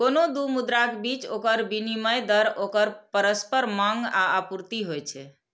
कोनो दू मुद्राक बीच ओकर विनिमय दर ओकर परस्पर मांग आ आपूर्ति होइ छै